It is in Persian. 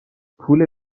پول